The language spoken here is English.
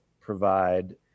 provide